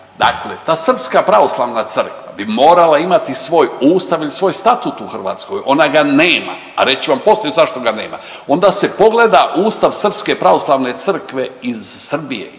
Dakle, ta Srpska pravoslavna Crkva bi morala imati svoj ustav ili svoj statut u Hrvatskoj, ona ga nema, a reći ću vam poslije zašto ga nema. Onda se pogleda Ustav Srpske pravoslavne Crkve iz Srbije,